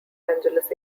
angeles